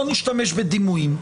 לא נשתמש בדימויים.